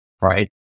right